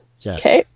Yes